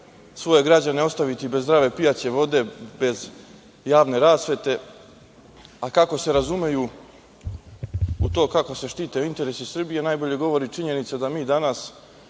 svoje građane ostaviti bez zdrave pijaće vode, bez javne rasvete, a kako se razumeju u to kako se štite interesi Srbije najbolje govori činjenica da mi danas